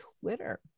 Twitter